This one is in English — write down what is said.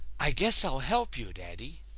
i guess i'll help you, daddy.